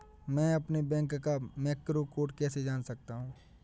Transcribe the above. मैं अपने बैंक का मैक्रो कोड कैसे जान सकता हूँ?